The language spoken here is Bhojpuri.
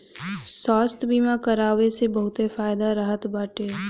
स्वास्थ्य बीमा करवाए से बहुते फायदा रहत बाटे